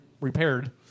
repaired